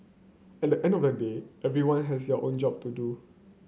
at the end of the day everyone has their own job to do